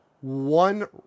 one